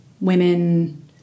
women